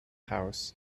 house